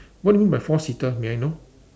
what do you mean by four seater may I know